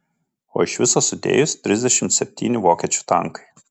o iš viso sudėjus trisdešimt septyni vokiečių tankai